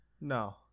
No